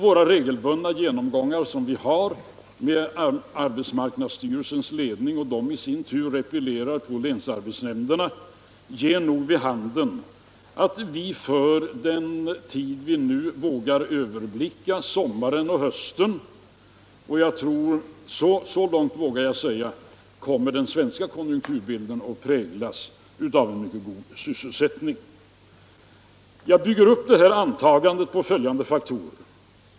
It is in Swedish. Våra regelbundna genomgångar med arbetsmarknadsstyrelsens ledning, som i sin tur replierar på länsarbetsnämnderna, ger nog vid handen att för den tid vi nu vågar överblicka — sommaren och hösten — kommer den svenska konjunkturbilden att präglas av en god sysselsättning. Jag bygger detta antagande på följande faktorer.